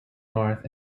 north